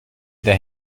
der